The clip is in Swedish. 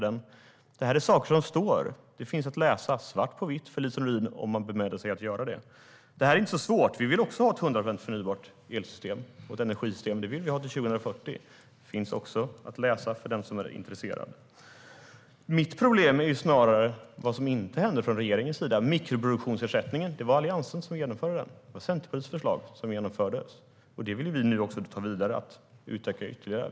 Detta är saker som står att läsa svart på vitt för Lise Nordin om hon bemödar sig om att göra det. Det är inte så svårt. Vi vill också ha ett 100-procentigt förnybart elsystem och energisystem, och det vill vi ha till 2040. Även detta finns att läsa för den som är intresserad. Mitt problem är snarare vad som inte händer från regeringens sida. Mikroproduktionsersättningen var det Alliansen som genomförde. Det var Centerpartiets förslag som genomfördes. Det vill vi nu ta vidare och utveckla ytterligare.